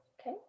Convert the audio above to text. Okay